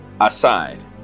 aside